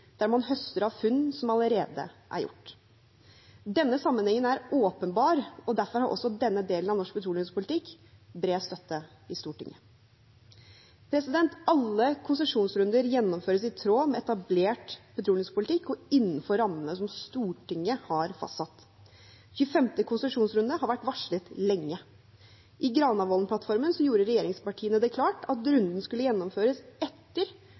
der man høster av funn som allerede er gjort. Denne sammenhengen er åpenbar, og derfor har også denne delen av norsk petroleumspolitikk bred støtte i Stortinget. Alle konsesjonsrunder gjennomføres i tråd med etablert petroleumspolitikk og innenfor rammene som Stortinget har fastsatt. 25. konsesjonsrunde har vært varslet lenge. I Granavolden-plattformen gjorde regjeringspartiene det klart at runden skulle gjennomføres etter